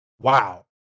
wow